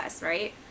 right